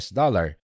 dollar